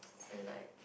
and like